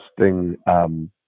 interesting –